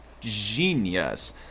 genius